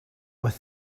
with